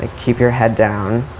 and keep your head down.